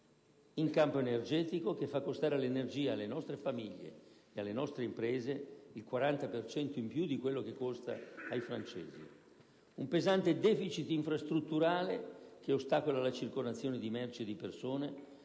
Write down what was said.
in campo energetico, che fa costare l'energia alle nostre famiglie e alle nostre imprese il 40 per cento in più di quello che costa ai francesi; un pesante deficit infrastrutturale, che ostacola la circolazione di merci e di persone,